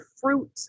fruit